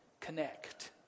connect